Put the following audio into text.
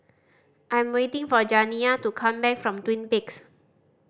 I'm waiting for Janiah to come back from Twin Peaks